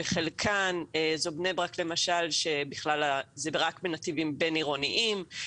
בחלקן זו בני ברק למשל שזה רק בנתיבים בין עירוניים,